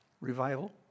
revival